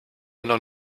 non